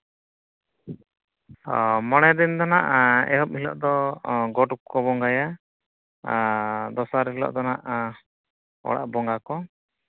ᱚ ᱢᱚᱬᱮ ᱫᱤᱱ ᱫᱚ ᱦᱟᱸᱜ ᱮᱦᱚᱵ ᱦᱤᱞᱳᱜ ᱫᱚ ᱜᱚᱴ ᱠᱚ ᱵᱚᱸᱜᱟᱭᱟ ᱟᱨ ᱫᱚᱥᱟᱨ ᱦᱤᱞᱳᱜ ᱫᱚ ᱦᱟᱸᱜ ᱚᱲᱟᱜ ᱵᱚᱸᱜᱟ ᱠᱚ